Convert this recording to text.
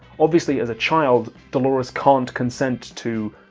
obviously as a child dolores can't consent to.